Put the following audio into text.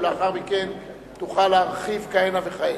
ולאחר מכן תוכל להרחיב כהנה וכהנה.